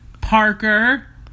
Parker